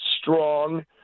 strong